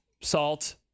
salt